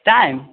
time